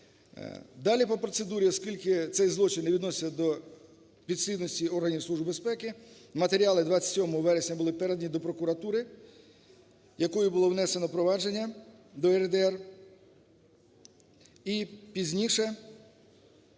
Далі по процедурі, оскільки цей злочин не відноситься до підслідності органів Служби безпеки, матеріали 27 вересня були передані до прокуратури, якою було внесено провадження до ЄРДР,